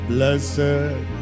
Blessed